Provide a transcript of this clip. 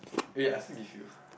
eh I forgive you